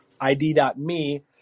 ID.me